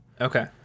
Okay